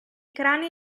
cranio